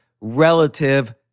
relative